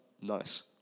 nice